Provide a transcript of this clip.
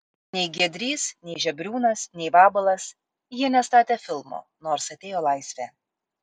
nei giedrys nei žebriūnas nei vabalas jie nestatė filmų nors atėjo laisvė